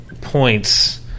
points